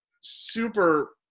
super